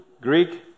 Greek